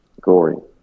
Gory